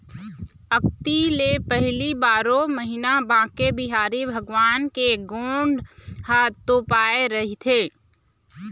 अक्ती ले पहिली बारो महिना बांके बिहारी भगवान के गोड़ ह तोपाए रहिथे